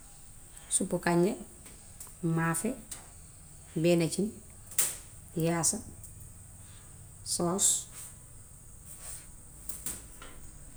Suppu kànja, maafe, leena cin, yaasa, soos.